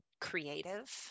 creative